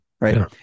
right